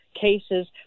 cases—